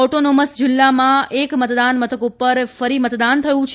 autonomous જીલ્લામાં એક મતદાન મથક ઉપર ફરી મતદાન થયું છે